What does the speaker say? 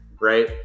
right